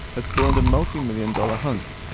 has spawned a multi-million dollar hunt.